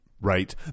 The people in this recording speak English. Right